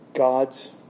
God's